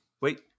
Wait